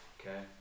okay